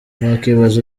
wakwibaza